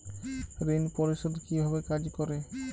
ঋণ পরিশোধ কিভাবে কাজ করে?